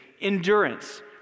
endurance